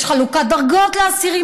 יש חלוקת דרגות לאסירים